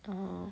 orh